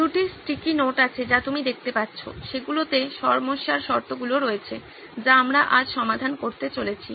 দুটি sticky note আছে যা তুমি দেখতে পাচ্ছো সেগুলোতে সমস্যার শর্তগুলো রয়েছে যা আমরা আজ সমাধান করতে চলেছি